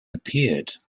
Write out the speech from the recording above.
appeared